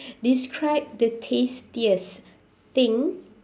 describe the tastiest thing